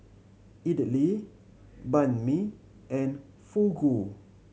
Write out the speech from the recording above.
Idili Banh Mi and Fugu